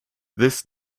this